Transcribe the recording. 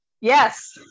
Yes